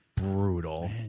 brutal